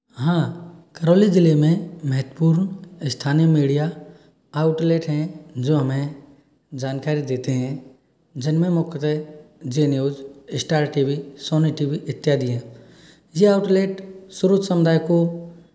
हाँ करौली जिले में महत्वपूर्ण स्थानीय मीडिया आउटलेट है जो हमें जानकारी देते हैं जिनमें मुख्यतः Zee News Star T V Sony T V इत्यादि है ये आउटलेट स्रोत समुदाय को